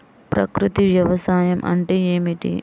ప్రకృతి వ్యవసాయం అంటే ఏమిటి?